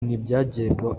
ntibyagerwaho